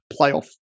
playoff